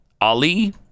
Ali